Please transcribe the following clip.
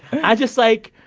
i just like,